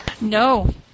No